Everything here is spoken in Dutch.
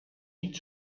niet